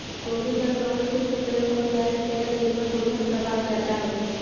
गोभी पर कवन कीट क प्रयोग करल जा सकेला जेपर फूंफद प्रभाव ज्यादा हो?